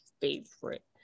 favorite